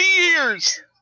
years